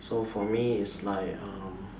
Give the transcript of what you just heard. so for me it's like um